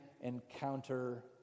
encounter